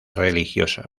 religiosa